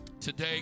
Today